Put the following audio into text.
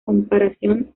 comparación